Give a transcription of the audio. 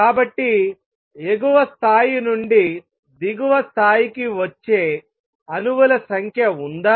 కాబట్టి ఎగువ స్థాయి నుండి దిగువ స్థాయికి వచ్చే అణువుల సంఖ్య ఉందా